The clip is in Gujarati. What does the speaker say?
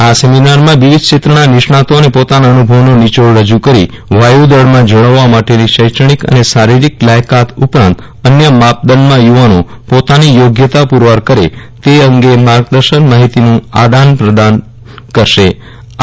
આ સેમિનારમાં વિવિધ ક્ષેત્રના નિષ્ણાતો પોતાના અનુભવનો નીચોડ રજુ કરી વાયુદળમાં જોડાવવા માટેની શૈક્ષણિક અને શારિરીક લાયકાત ઉપરાંત અન્ય માપદંડમાં યુવાનો પોતાની યોગ્યતા પુરવાર કરે તે અંગે માર્ગદર્શક માહિતીનું આદાન પ્રદાન કરશે આ